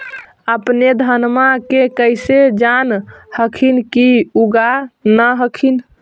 अपने धनमा के कैसे जान हखिन की उगा न हखिन?